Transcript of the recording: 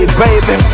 baby